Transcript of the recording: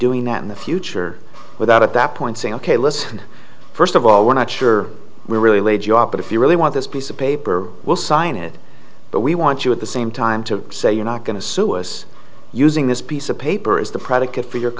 doing that in the future without at that point saying ok listen first of all we're not sure we're really laid you off but if you really want this piece of paper will sign it but we want you at the same time to say you're not going to sue us using this piece of paper as the predicate for your